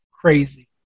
crazy